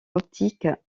optique